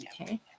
Okay